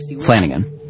Flanagan